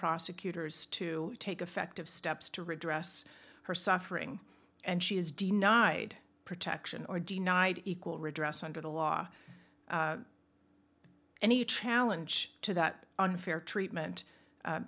prosecutors to take effective steps to redress her suffering and she is denied protection or denied equal redress under the law any challenge to that unfair treatment